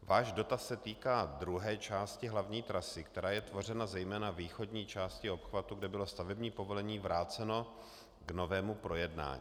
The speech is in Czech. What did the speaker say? Váš dotaz se týká druhé části hlavní trasy, která je tvořena zejména východní částí obchvatu, kde bylo stavební povolení vráceno k novému projednání.